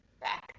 back